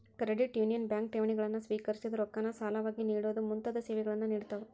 credit union bank ಠೇವಣಿಗಳನ್ನ ಸ್ವೇಕರಿಸೊದು, ರೊಕ್ಕಾನ ಸಾಲವಾಗಿ ನೇಡೊದು ಮುಂತಾದ ಸೇವೆಗಳನ್ನ ನೇಡ್ತಾವ